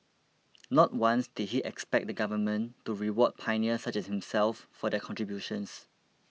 not once did he expect the Government to reward pioneers such as himself for their contributions